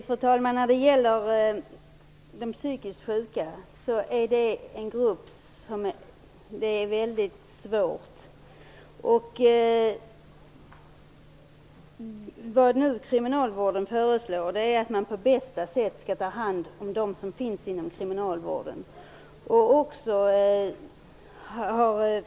Fru talman! Det är väldigt svårt att uttala sig om de psykiskt sjuka. Kriminalvården föreslår nu att man på bästa sätt skall ta hand om dem som finns inom kriminalvården.